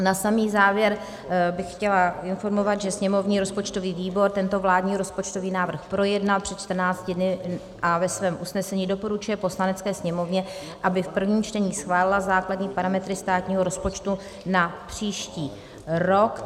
Na samý závěr bych chtěla informovat, že sněmovní rozpočtový výbor tento vládní rozpočtový návrh projednal před 14 dny a ve svém usnesení doporučuje Poslanecké sněmovně, aby v prvním čtení schválila základní parametry státního rozpočtu na příští rok.